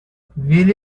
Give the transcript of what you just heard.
will